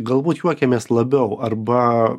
galbūt juokiamės labiau arba